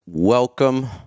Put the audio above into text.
Welcome